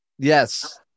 Yes